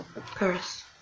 Paris